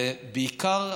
ובעיקר,